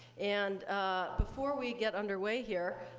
and before we get under way here,